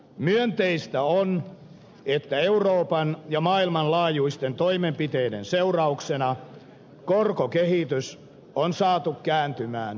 myönteistä on että euroopan ja maailmanlaajuisten toimenpiteiden seurauksena korkokehitys on saatu kääntymään alaspäin